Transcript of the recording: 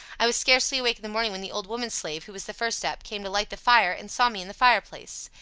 i was scarcely awake in the morning when the old woman slave, who was the first up, came to light the fire, and saw me in the fire place.